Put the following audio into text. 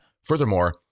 Furthermore